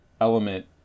element